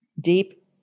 deep